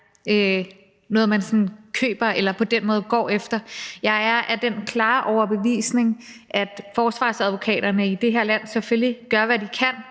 noget, man sådan køber eller på den måde går efter. Jeg er af den klare overbevisning, at forsvarsadvokaterne i det her land selvfølgelig gør, hvad de kan,